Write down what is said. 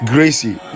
Gracie